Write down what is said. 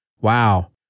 wow